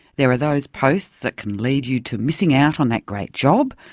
there are those posts that can lead you to missing out on that great job,